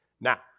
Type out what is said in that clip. Now